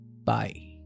Bye